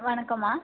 வணக்கம்மா